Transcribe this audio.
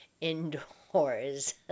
indoors